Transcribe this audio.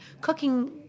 cooking